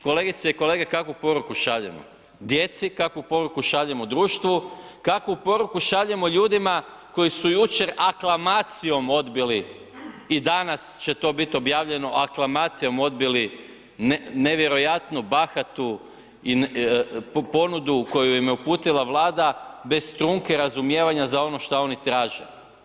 Kolegice i kolege kakvu poruku šaljemo djeci, kakvu poruku šaljemo društvu, kakvu poruku šaljemo ljudima koji su jučer aklamacijom odbili i danas će to biti objavljeno aklamacijom odbili nevjerojatno bahatu ponudu koju im je uputila Vlada bez trunke razumijevanja za ono što oni traže.